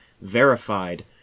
verified